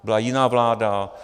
Byla jiná vláda.